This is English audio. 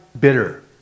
bitter